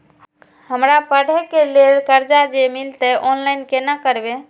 हमरा पढ़े के लेल कर्जा जे मिलते ऑनलाइन केना करबे?